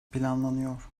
planlanıyor